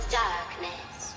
darkness